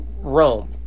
Rome